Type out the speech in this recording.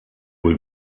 will